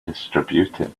distributed